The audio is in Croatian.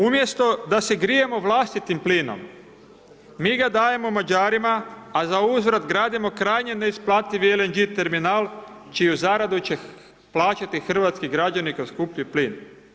Umjesto da se grijemo vlastitim plinom, mi da dajemo Mađarima a za uzvrat gradimo krajnje neisplativi LNG terminal čiju zaradu će plaćati hrvatski građani kroz skuplji plin.